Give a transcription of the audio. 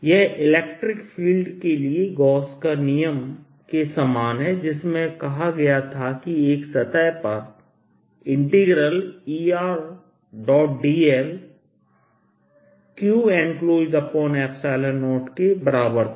यह electric field के लिए गॉस का नियमGauss's Law के समान है जिसमें कहा गया था कि एक सतह पर Erdl Qenclosed0 के बराबर था